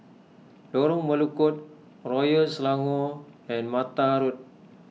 Lorong Melukut Royal Selangor and Mata Road